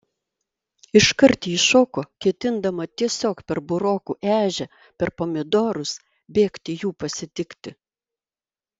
iškart ji šoko ketindama tiesiog per burokų ežią per pomidorus bėgti jų pasitikti